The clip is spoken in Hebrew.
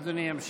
אז אני אמשיך,